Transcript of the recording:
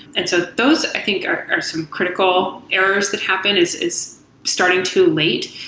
and so those i think are some critical errors that happen, is is starting too late,